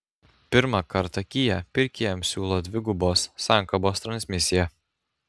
pirmą kartą kia pirkėjams siūlo dvigubos sankabos transmisiją